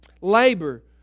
Labor